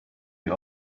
you